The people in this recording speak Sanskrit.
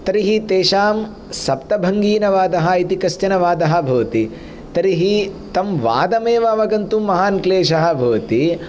तर्हि तेषां सप्तभङ्गीनवादः इति कश्चनः वादः भवति तर्हि तं वादमेव अवगन्तुं महान् क्लेशः भवति